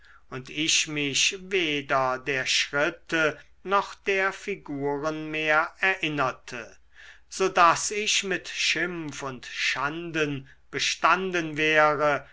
und ich mich weder der schritte noch der figuren mehr erinnerte so daß ich mit schimpf und schanden bestanden wäre